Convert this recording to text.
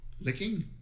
Licking